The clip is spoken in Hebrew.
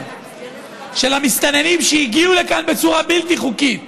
של המסתננים שהגיעו לכאן בצורה בלתי חוקית